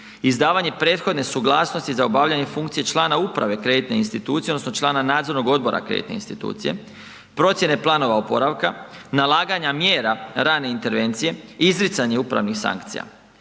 izdavanje prethodne suglasnosti za obavljanje funkcije člana uprave kreditne institucije odnosno člana nadzornog odbora kreditne institucije, procjene planova oporavka, nalaganja mjera rane intervencije, izricanje upravnih sankcija.